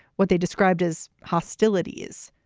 what they described as hostilities.